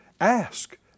Ask